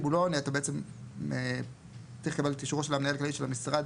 הוא לא עונה אתה בעצם מקבל את אישורו הכללי של המשרד